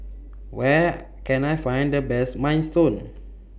Where Can I Find The Best Minestrone